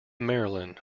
marilyn